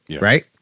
right